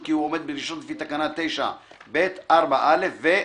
כי הוא עומד בדרישות לפי תקנה 9(ב)(4)(א) ו-(ב)."